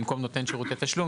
במקום נותן שירותי תשלום,